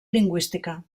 lingüística